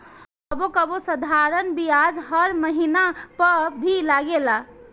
कबो कबो साधारण बियाज हर महिना पअ भी लागेला